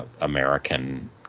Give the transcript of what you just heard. American